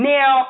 Now